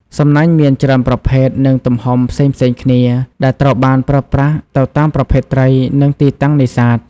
សំណាញ់មានច្រើនប្រភេទ និងទំហំផ្សេងៗគ្នា ដែលត្រូវបានប្រើប្រាស់ទៅតាមប្រភេទត្រី និងទីតាំងនេសាទ។